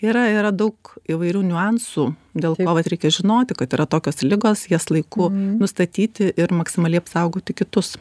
yra yra daug įvairių niuansų dėl ko vat reikia žinoti kad yra tokios ligos jas laiku nustatyti ir maksimaliai apsaugoti kitus